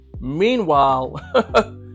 Meanwhile